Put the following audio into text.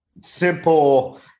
simple –